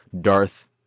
Darth